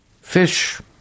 fish